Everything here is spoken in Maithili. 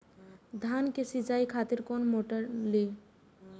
धान के सीचाई खातिर कोन मोटर ली?